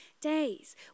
days